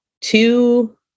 two